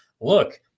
look